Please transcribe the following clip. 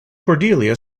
cordelia